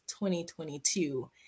2022